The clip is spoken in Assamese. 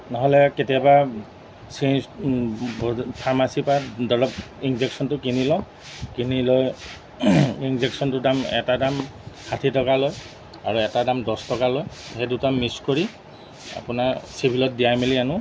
নহ'লে কেতিয়াবা চিঞ ফাৰ্মাচীৰ পৰা ধৰক ইনজেকশ্যনটো কিনি লওঁ কিনি লৈ ইনজেকশ্যনটোৰ দাম এটা দাম ষাঠি টকা লয় আৰু এটা দাম দহ টকা লয় সেই দুটা মিক্স কৰি আপোনাৰ চিভিলত দিয়াই মেলি আনো